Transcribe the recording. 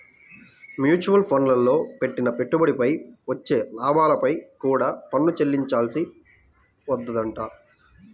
mutual ఫండ్లల్లో పెట్టిన పెట్టుబడిపై వచ్చే లాభాలపై కూడా పన్ను చెల్లించాల్సి వత్తదంట